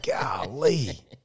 Golly